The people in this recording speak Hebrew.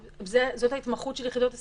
זאת ההתמחות של יחידות הסיוע,